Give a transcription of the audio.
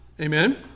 Amen